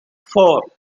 four